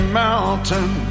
mountain